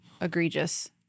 egregious